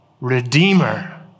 Redeemer